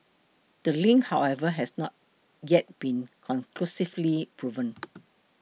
the link however has not yet been conclusively proven